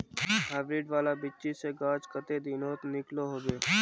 Hybrid वाला बिच्ची से गाछ कते दिनोत निकलो होबे?